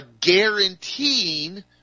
guaranteeing